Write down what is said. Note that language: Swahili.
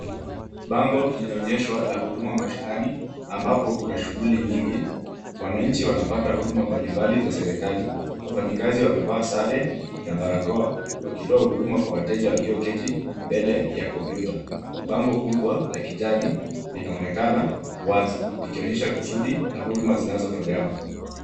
Bango linaonyeshwa la huduma mashinani ambapo kuna shughuli nyingi. Wananchi wanapata huduma mbalimbali za serikali. Wafanyikazi wamevaa sare na barakoa wakitoa huduma kwa wateja walioketi mbele ya kompyuta. Bango kubwa la kijani linaonekana wazi, likionyesha kusudi la huduma zinazotolewa.